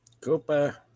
Cooper